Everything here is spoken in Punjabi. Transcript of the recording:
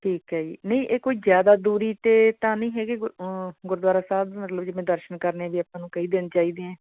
ਠੀਕ ਹੈ ਜੀ ਨਹੀਂ ਇਹ ਕੋਈ ਜ਼ਿਆਦਾ ਦੂਰੀ 'ਤੇ ਤਾਂ ਨਹੀਂ ਹੈਗੇ ਗੁ ਗੁਰਦੁਆਰਾ ਸਾਹਿਬ ਮਤਲਬ ਜਿਵੇਂ ਦਰਸ਼ਨ ਕਰਨੇ ਜੇ ਆਪਾਂ ਨੂੰ ਕਈ ਦਿਨ ਚਾਹੀਦੇ ਹੈ